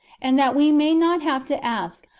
and that we may not have to ask,